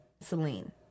Celine